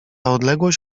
odległość